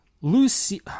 Lucy